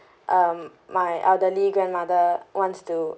um my elderly grandmother wants to